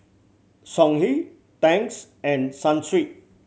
Songhe Tangs and Sunsweet